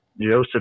Joseph